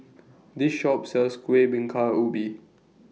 This Shop sells Kuih Bingka Ubi